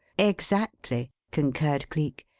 exactly, concurred cleek.